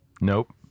Nope